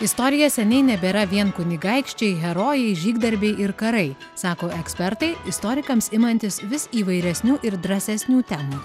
istorija seniai nebėra vien kunigaikščiai herojai žygdarbiai ir karai sako ekspertai istorikams imantis vis įvairesnių ir drąsesnių temų